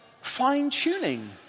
fine-tuning